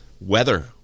Weather